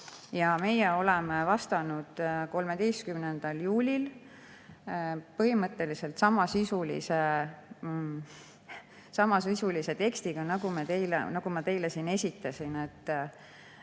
Ja meie oleme vastanud 13. juulil põhimõtteliselt samasisulise tekstiga, nagu ma teile siin esitasin. Me